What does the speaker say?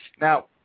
Now